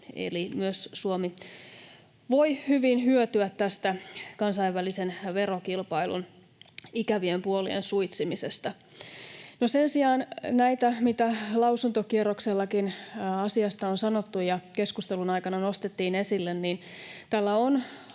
Myös Suomi voi hyvin hyötyä tästä kansainvälisen verokilpailun ikävien puolien suitsimisesta. Sen sijaan tällä on, kuten lausuntokierroksellakin asiasta on sanottu ja keskustelun aikana nostettiin esille, hallinnollista